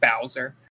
Bowser